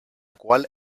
qual